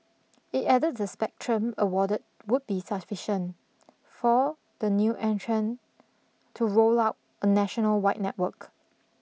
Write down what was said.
it added the spectrum awarded would be sufficient for the new entrant to roll out a national wide network